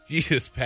Jesus